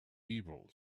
evil